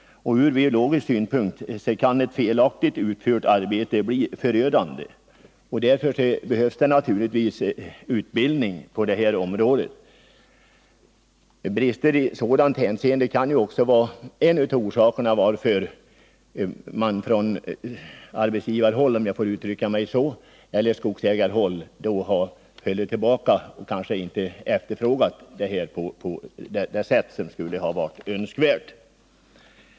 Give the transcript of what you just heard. Ur biologisk synpunkt kan ett felaktigt arbete bli förödande. Därför behövs det naturligtvis utbildning på detta område. Brister i det hänseendet kan ju också vara en av orsakerna till att man från arbetsgivarhåll— om jag får uttrycka mig så — eller skogsägarhåll har hållit tillbaka och kanske inte efterfrågat dessa insatser på det sätt som skulle ha varit önskvärt.